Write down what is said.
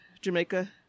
Jamaica